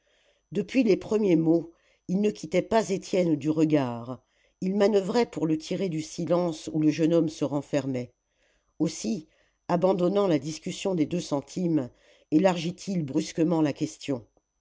depuis les premiers mots il ne quittait pas étienne du regard il manoeuvrait pour le tirer du silence où le jeune homme se renfermait aussi abandonnant la discussion des deux centimes élargit il brusquement la question